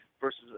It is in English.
versus